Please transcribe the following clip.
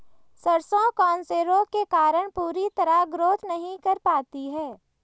सरसों कौन से रोग के कारण पूरी तरह ग्रोथ नहीं कर पाती है?